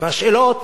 והשאלות